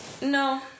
no